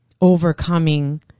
overcoming